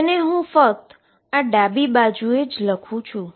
જે હું ફક્ત આ ડાબી બાજુ જ લખું છું